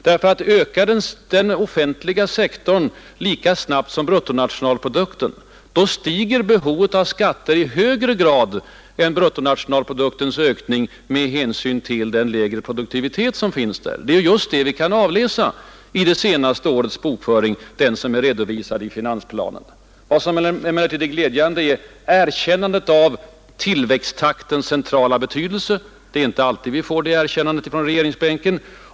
Om den offentliga sektorn bara skulle öka lika snabbt som bruttonationalprodukten, då stiger ändå behovet av skatter i högre grad än bruttonationalprodukten med hänsyn till den lägre produktivitet som finns på den offentliga sidan. Det är just detta som vi kan avläsa i det senaste årets bokföring, den som är redovisad i finansplanen. Vad som emellertid är glädjande är finansministerns erkännande av tillväxttaktens centrala betydelse — det är inte alltid vi får höra det erkännandet från regeringsbänken.